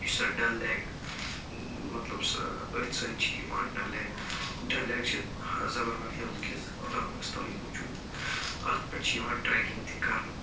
یُس ہسا ڈَل لیک مطلب سُہ أتھۍ سۭتۍ چھِ یِوان ڈَل لیک ڈَل لیک چھِ زبروَن ہِلکِس دامنَس تَل موجوٗد اَتھ پٮ۪ٹھ چھِ یِوان ٹرٛیکِنٛگ تہِ کرنہٕ